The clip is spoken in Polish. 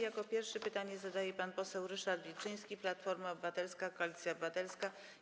Jako pierwszy pytanie zadaje pan poseł Ryszard Wilczyński, Platforma Obywatelska - Koalicja Obywatelska.